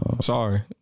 sorry